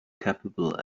capable